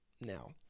now